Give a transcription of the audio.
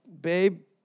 babe